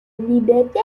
liberté